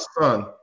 son